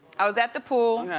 i was at the pool.